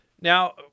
Now